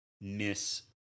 miss